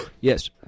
Yes